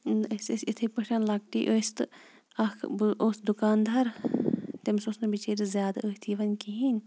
أسۍ ٲسۍ یِتھَے پٲٹھۍ لۄکٹی ٲسۍ تہٕ اَکھ بہٕ اوس دُکاندار تٔمِس اوس نہٕ بِچٲرِس زیادٕ أتھۍ یِوان کِہیٖنۍ